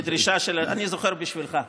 אני זוכר בשבילך.